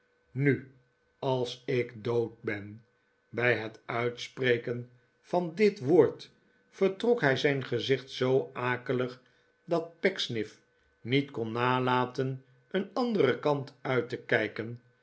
istu als ik dood ben bij het uitspreken van dit woord vertrok hij zijn gezicht zoo akelig dat pecksniff niet kon nalaten een anderen kant uit te kijken